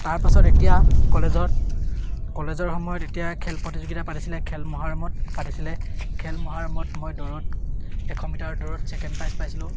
তাৰপাছত এতিয়া কলেজত কলেজৰ সময়ত এতিয়া খেল প্ৰতিযোগিতা পাতিছিলে খেল মহাৰণত পাতিছিলে খেল মহাৰণত মই দৌৰত এশ মিটাৰ দৌৰত ছেকেণ্ড প্ৰাইজ পাইছিলোঁ